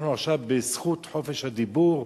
אנחנו עכשיו בזכות חופש הדיבור,